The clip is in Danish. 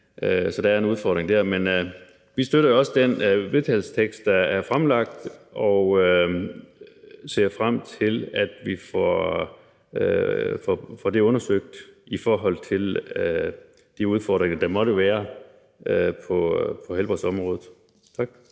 Så der er en udfordring dér, men vi støtter også den vedtagelsestekst, der er fremlagt, og ser frem til, at vi får det undersøgt i forhold til de udfordringer, der måtte være på helbredsområdet. Tak.